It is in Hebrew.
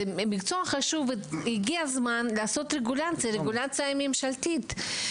מקצועות חשובים שהגיע הזמן לעשות להם רגולציה ממשלתית.